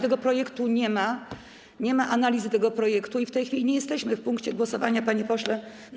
Tego projektu nie ma, nie ma analizy tego projektu i w tej chwili nie jesteśmy w punkcie dotyczącym głosowań, panie pośle.